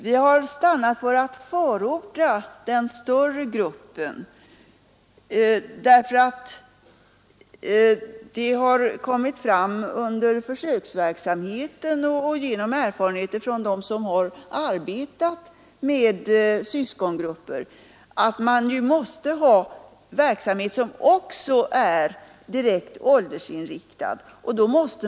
Vi har ändock stannat för att förorda den större gruppen, därför att det genom erfarenheter från arbetet med syskongrupper har framkommit att verksamheten i vissa delar måste vara direkt åldersinriktad.